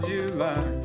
July